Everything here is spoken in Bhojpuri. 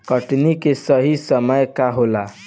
कटनी के सही समय का होला?